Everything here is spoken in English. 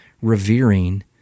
revering